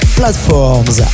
platforms